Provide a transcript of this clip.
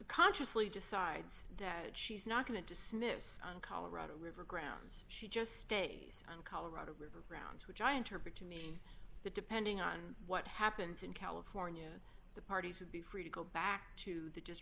consciously decides that she's not going to dismiss colorado river grounds she just stays on colorado river grounds which i interpret to mean that depending on what happens in california the parties would be free to go back to the